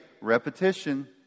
repetition